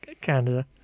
Canada